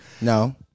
No